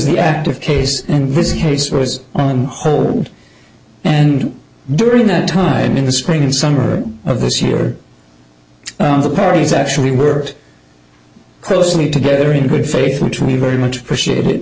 the active case and visit case was on hold and during that time in the spring and summer of this year the parties actually worked closely together in good faith which we very much appreciate it